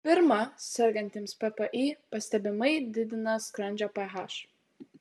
pirma sergantiems ppi pastebimai didina skrandžio ph